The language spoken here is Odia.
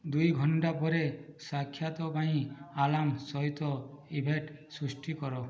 ଦୁଇ ଘଣ୍ଟା ପରେ ସାକ୍ଷାତ ପାଇଁ ଆଲାର୍ମ ସହିତ ଇଭେଣ୍ଟ ସୃଷ୍ଟି କର